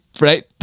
Right